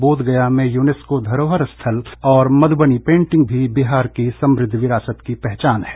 बौद्धगया में यूनेस्को धरोहर स्थल और मधुबनी पेंटिंग भी बिहार की समृद्ध विरासत की पहचान हैं